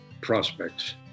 prospects